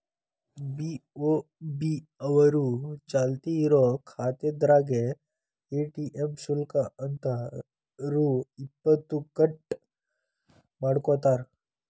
BOB ಅವರು ಚಾಲ್ತಿ ಇರೋ ಖಾತಾದಾರ್ರೇಗೆ ಎ.ಟಿ.ಎಂ ಶುಲ್ಕ ಅಂತ ರೊ ಇಪ್ಪತ್ತು ಕಟ್ ಮಾಡ್ಕೋತಾರ